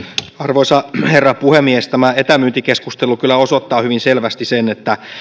arvoisa herra puhemies tämä etämyyntikeskustelu kyllä osoittaa hyvin selvästi sen että